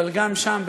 אבל גם שם,